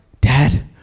dad